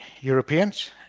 Europeans